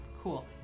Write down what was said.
cool